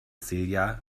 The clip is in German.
silja